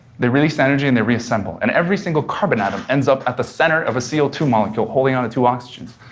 they release energy and they reassemble, and every carbon atom ends up at the center of a c o two molecule, holding on to two oxygens,